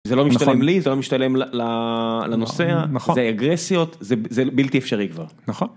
זה לא משתלם לי זה לא משתלם לנוסע נכון זה אגרסיות זה בלתי אפשרי כבר נכון.